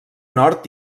nord